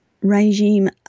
regime